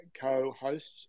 co-hosts